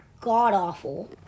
god-awful